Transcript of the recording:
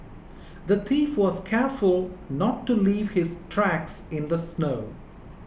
the thief was careful not to leave his tracks in the snow